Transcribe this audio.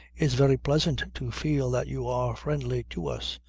it's very pleasant to feel that you are friendly to us.